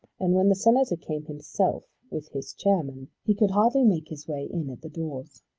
and when the senator came himself with his chairman he could hardly make his way in at the doors.